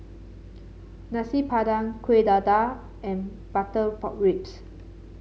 Nasi Padang Kueh Dadar and Butter Pork Ribs